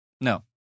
No